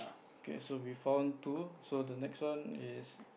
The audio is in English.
okay so we found two so the next one is